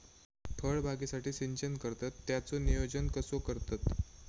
फळबागेसाठी सिंचन करतत त्याचो नियोजन कसो करतत?